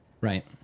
Right